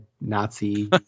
Nazi